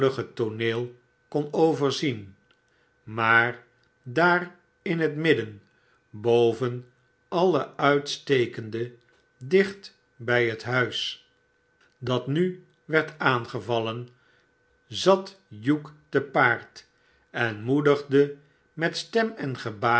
tooneel kon overzien maar daar m het midden boven alle uitstekende dicht bijhethuis dat nu werd aangevallen zat hugh te paard en moedigde met stem en gebaren